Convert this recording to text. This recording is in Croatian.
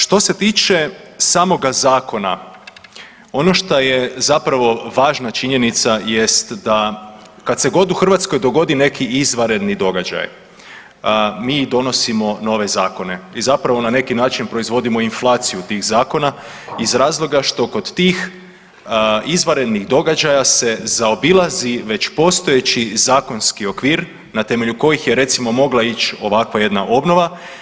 Što se tiče samoga zakona, ono što je zapravo važna činjenica jest da kad se god u Hrvatskoj dogodi neki izvanredni događaj mi donosimo nove zakone i zapravo na neki način proizvodimo inflaciju tih zakona iz razloga što kod tih izvanrednih događaja se zaobilazi već postojeći zakonski okvir na temelju kojih je recimo mogla ići ovakva jedna obnova.